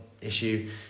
issue